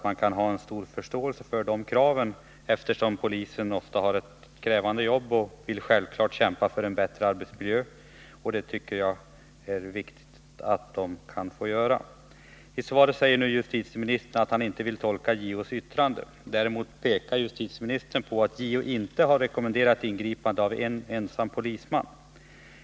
Man kan ha stor förståelse för detta krav, eftersom poliserna ofta har ett krävande jobb och självfallet vill kämpa för en bättre arbetsmiljö. Det är därför viktigt att de ges möjligheter att göra detta. I svaret säger justitieministern att han inte vill tolka JO:s yttrande. Däremot pekar justitieministern på att JO inte har rekommenderat ingripande av en ensam polisman.